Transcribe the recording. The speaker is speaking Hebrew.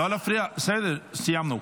לא להפריע להצבעה, בבקשה.